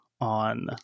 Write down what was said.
on